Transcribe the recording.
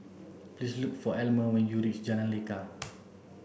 please look for Almer when you reach Jalan Lekar